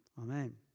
Amen